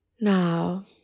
Now